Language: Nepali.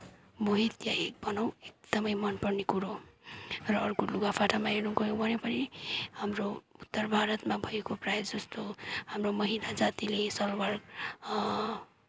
मोहित या भनौँ एकदमै मनपर्ने कुरो र अर्को लुगाफाटालाई हेर्न गयौँ भने पनि हाम्रो उत्तर भारतमा भएको प्रायः जस्तो हाम्रो महिला जातिले सलवार